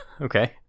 Okay